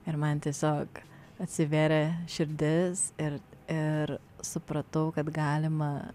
ir man tiesiog atsivėrė širdis ir ir supratau kad galima